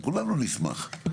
כולנו נשמח.